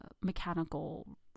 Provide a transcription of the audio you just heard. mechanical